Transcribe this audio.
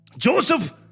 Joseph